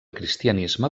cristianisme